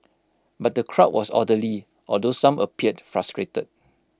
but the crowd was orderly although some appeared frustrated